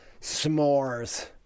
S'mores